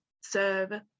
serve